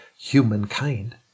humankind